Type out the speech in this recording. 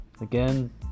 again